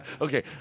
Okay